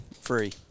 Free